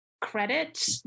credit